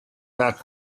back